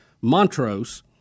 Montrose